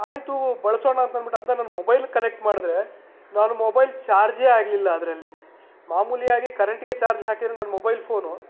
ಆಯಿತು ಬಳಸೋಣ ಅಂತ ಅಂದ್ಬಿಟ್ಟು ಅದನ್ನ ನನ್ನ ಮೊಬೈಲ್ಗೆ ಕನೆಕ್ಟ್ ಮಾಡಿದ್ರೆ ನನ್ನ ಮೊಬೈಲ್ ಚಾರ್ಜೇ ಆಗಲಿಲ್ಲ ಅದರಲ್ಲಿ ಮಾಮೂಲಿಯಾಗಿ ಕರೆಂಟ್ಗೆ ಚಾರ್ಜ್ ಹಾಕಿದ್ರೆ ನನ್ನ ಮೊಬೈಲ್ ಫೋನು